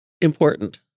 important